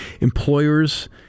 employers